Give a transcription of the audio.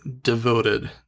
devoted